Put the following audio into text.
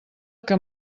que